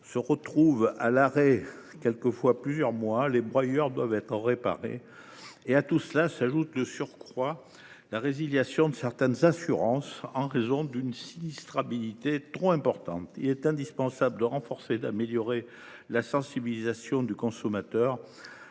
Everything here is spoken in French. se retrouvent à l’arrêt – quelquefois plusieurs mois –, les broyeurs devant être réparés. À tout cela s’ajoute la résiliation de certaines assurances en raison d’une sinistralité trop importante. Exactement ! Il est indispensable de renforcer et d’améliorer la sensibilisation du consommateur